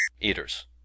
eaters